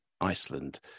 Iceland